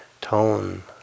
tone